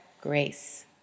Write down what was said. Grace